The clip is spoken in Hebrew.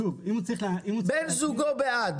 בן זוגו בעד.